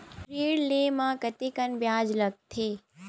ऋण ले म कतेकन ब्याज लगथे?